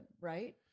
right